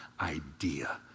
idea